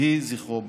יהי זכרו ברוך.